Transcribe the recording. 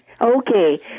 Okay